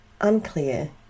unclear